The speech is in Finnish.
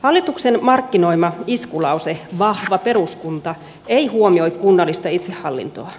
hallituksen markkinoima iskulause vahva peruskunta ei huomioi kunnallista itsehallintoa